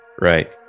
right